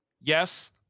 Yes